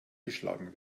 geschlagen